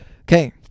Okay